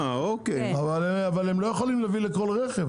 אבל הם לא יכולים להביא לכל רכב.